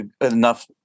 enough